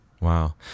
wow